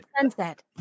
sunset